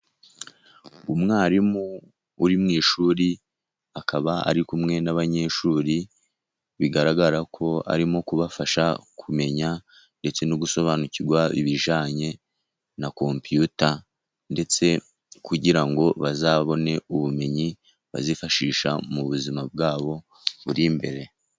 Umwarimu uri mu ishuri akaba ari kumwe n'abanyeshuri bigaragarako arimo kubafasha kumenya, ndetse no gusobanukirwa ibijyanye na kompiyuta, ndetse kugira ngo bazabone ubumenyi bazifashisha mu buzima bwabo buri imbere.